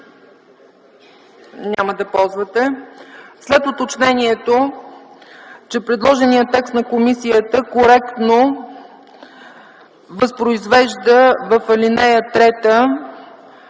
Няма да ползвате. След уточнението, че предложеният текст на комисията коректно възпроизвежда в ал. 3